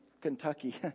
Kentucky